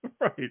right